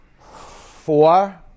Four